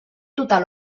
total